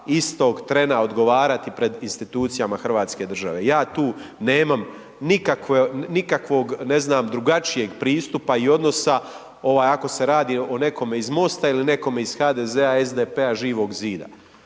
istog trena odgovoriti pred institucijama Hrvatske države. Ja tu nemam nikakvog ne znam, drugačijeg pristupa i odnosa, ako se radi o nekome iz Mosta ili nekome iz HDZ-a, SDP-a, Živog zida.